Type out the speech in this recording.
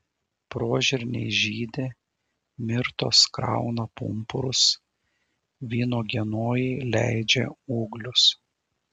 prožirniai žydi mirtos krauna pumpurus vynuogienojai leidžia ūglius